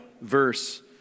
verse